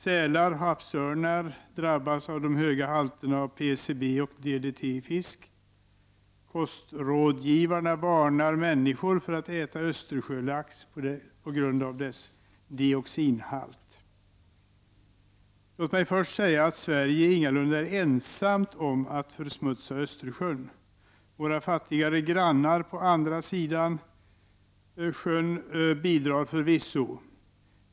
Sälar och havsörnar drabbas av de höga halterna av PCB och DDT i fisk. Kostrådgivarna varnar oss för att äta Östersjölax på grund av dess dioxinhalt. Låt mig först säga att Sverige ingalunda är ensamt om att försmutsa Östersjön. Våra fattigare grannar på andra sidan sjön bidrar förvisso.